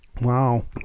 wow